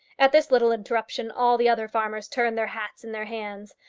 at this little interruption all the other farmers turned their hats in their hands.